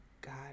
God